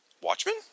Watchmen